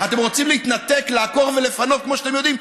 אתם רוצים להתנתק, לעקור ולפנות, כמו שאתם יודעים?